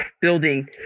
building